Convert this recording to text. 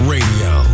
Radio